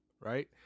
right